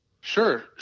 Sure